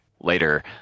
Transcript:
later